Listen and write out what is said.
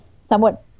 somewhat